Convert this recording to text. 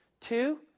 Two